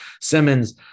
simmons